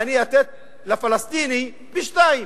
אני אתן לפלסטיני פי-שניים.